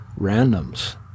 randoms